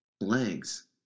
legs